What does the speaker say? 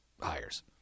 hires